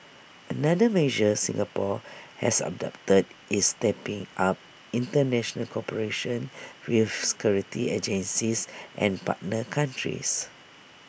another measure Singapore has adopted is stepping up International cooperation with security agencies and partner countries